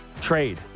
trade